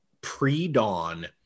pre-dawn